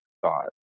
thought